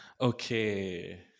Okay